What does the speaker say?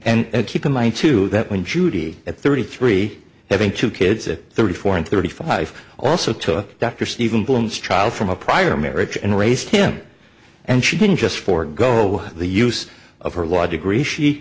and keep in mind too that when judy at thirty three having two kids at thirty four and thirty five also took dr steven bloom's trial from a prior marriage and raised him and she didn't just forego the use of her law degree she